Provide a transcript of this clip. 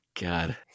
god